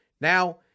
Now